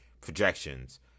projections